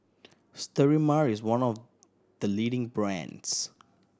Sterimar is one of the leading brands